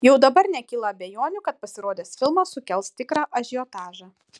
jau dabar nekyla abejonių kad pasirodęs filmas sukels tikrą ažiotažą